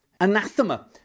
Anathema